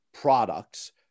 products